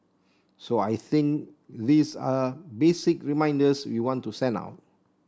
so I think these are basic reminders we want to send out